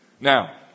Now